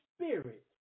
spirit